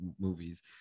movies